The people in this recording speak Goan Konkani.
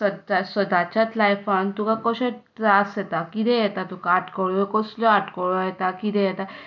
सदच्या लायफांत तुका कशे त्रासयेता कितें येता तुका आडखळ्यो कसल्यो आडखळ्यो येता कितें येता